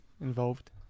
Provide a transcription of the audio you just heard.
involved